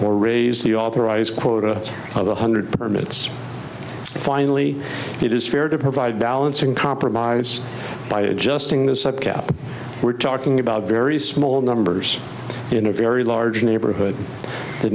or raise the authorized quota of one hundred permits finally it is fair to provide balance in compromise by adjusting the we're talking about very small numbers in a very large neighborhood the